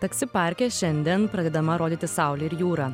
taksi parke šiandien pradedama rodyti saulė ir jūra